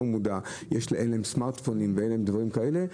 במודע אין להם סמרטפונים ואין להם דברים כאלה,